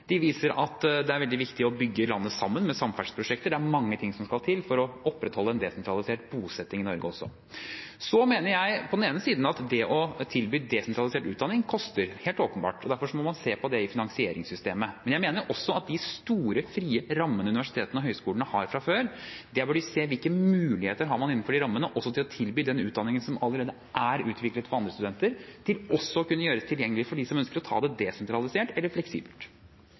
De viser at det er veldig viktig å bygge landet sammen med samferdselsprosjekter. Det er mange ting som skal til for å opprettholde en desentralisert bosetting i Norge. Jeg mener på den ene siden at det å tilby desentralisert utdanning koster, helt åpenbart, og derfor må man se på det i finansieringssystemet. Men jeg mener også at når det gjelder de store, frie rammene universitetene og høyskolene har fra før, bør man se på hvilke muligheter man har innenfor de rammene til også å tilby og gjøre tilgjengelig den utdanningen som allerede er utviklet for andre studenter, til dem som ønsker å ta det desentralisert eller fleksibelt.